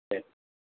சரி